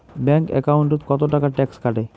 Bank একাউন্টত কতো টাকা ট্যাক্স কাটে?